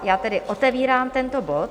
Já tedy otevírám tento bod.